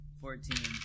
fourteen